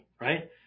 right